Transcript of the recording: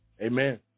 Amen